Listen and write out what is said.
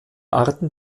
arten